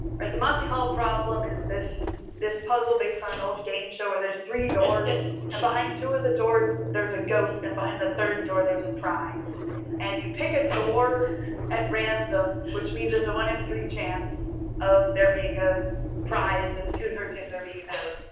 the monty hall problem is this this puzzle based on an old game show where there's three doors and behind two of the doors, there's a goat and behind the third door, there's a prize and you pick a door at random which means there's a one in three chance of there being a prize and two third chance of there being a goat.